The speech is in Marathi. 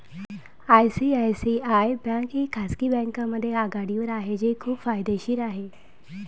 आय.सी.आय.सी.आय बँक ही खाजगी बँकांमध्ये आघाडीवर आहे जी खूप फायदेशीर आहे